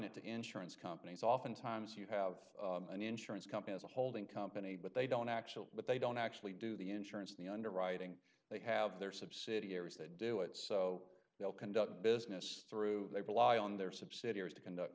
it to insurance companies often times you have an insurance company as a holding company but they don't actually but they don't actually do the insurance the underwriting they have their subsidiaries that do it so they'll conduct business through they rely on their subsidiaries to conduct